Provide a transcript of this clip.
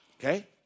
Okay